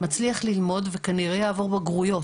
הוא מצליח ללמוד וכנראה יעבור בגרויות.